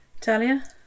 Talia